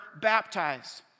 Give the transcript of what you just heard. baptized